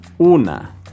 Una